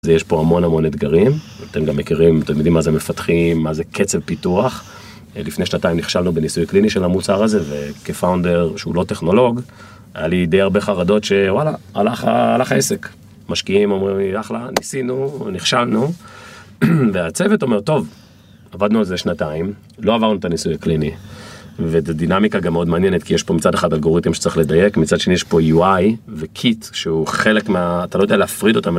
זה יש פה המון המון אתגרים. אתם גם מכירים, אתם יודעים מה זה מפתחים מה זה קצב פיתוח. לפני שנתיים נכשלנו בניסוי קליני של המוצר הזה וכפאונדר שהוא לא טכנולוג, היה לי די הרבה חרדות שוואלה, הלך, הלך העסק. משקיעים אומרים לי אחלה, ניסינו נכשלנו, והצוות אומר, טוב עבדנו על זה שנתיים, לא עברנו את הניסוי הקליני. ודינמיקה גם עוד מעניינת כי יש פה מצד אחד אלגוריתם שצריך לדייק מצד שני יש פה UI וקיט שהוא חלק מה, אתה לא יודע להפריד אותם.